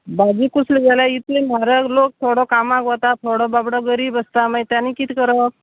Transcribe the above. भाजी कुसली जाल्यार इतले म्हारग लोक थोडो कामाक वता थोडो बाबडो गरीब आसता मागीर तेमी कितें करप